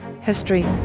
history